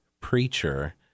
preacher